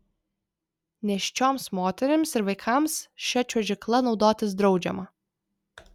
nėščioms moterims ir vaikams šia čiuožykla naudotis draudžiama